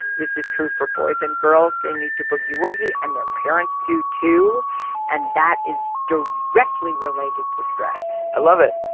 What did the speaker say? this is true for boys and girls. they need to boogie woogie and their parents do too and that is directly related to stress. i love it.